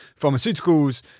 pharmaceuticals